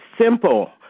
simple